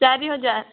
ଚାରି ହଜାର